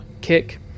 Kick